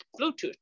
Bluetooth